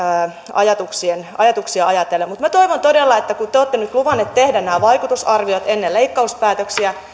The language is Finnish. ajatuksia ajatuksia ajatellen mutta minä toivon todella että kun te te olette nyt luvanneet tehdä nämä vaikutusarviot ennen leikkauspäätöksiä